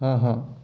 हाँ हाँ